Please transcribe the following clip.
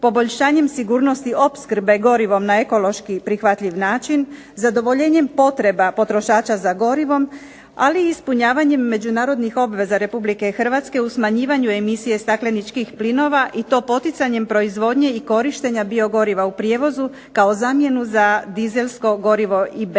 poboljšanjem sigurnosti opskrbe gorivom na ekološki prihvatljiv način, zadovoljenjem potreba potrošača za gorivom, ali i ispunjavanjem međunarodnim obveza Republike Hrvatske u smanjivanju emisije stakleničkih plinova, i to poticanjem proizvodnje i korištenja biogoriva u prijevozu, kao zamjenu za dizelsko gorivo i benzin,